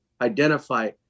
identify